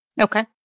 Okay